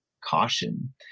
caution